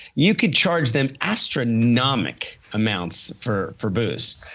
you could charge them astronomic amounts for for booze.